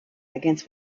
against